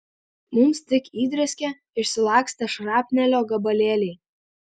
mums tik įdrėskė išsilakstę šrapnelio gabalėliai